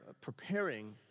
preparing